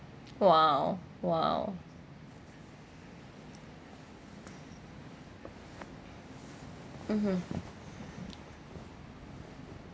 !wow! !wow! mmhmm